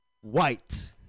white